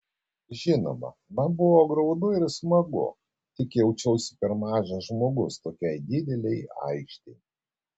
žinoma man buvo graudu ir smagu tik jaučiausi per mažas žmogus tokiai didelei aikštei